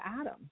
Adam